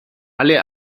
alle